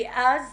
כי אז